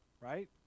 Right